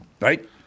Right